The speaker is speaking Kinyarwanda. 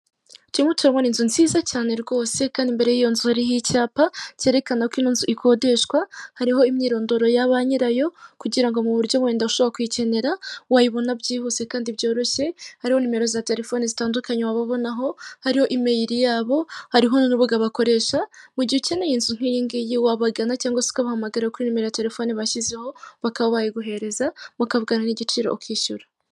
Turimo turabona inzu nziza cyane rwose kandi imbere y'iyo nzu iha icyapa cyerekana ko iyo nzu ikodeshwa, hariho imyirondoro ya ba nyirayo kugira mu buryo wenda ushobora kuyikenera wayibona byihuse kandi byoroshye, hariho nimero za telefoni zitandukanye wabonaho, hariho imeyili yabo, hariho n'urubuga bakoresha. Mu gihe ukeneye inzu nk'iyingiyi wabagana cyangwa se ukabahamagara kuri nimero ya telefoni bashyizeho bakaba bayiguhereza mukavugana n'igiciro ukishyura.